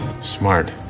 Smart